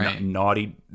naughty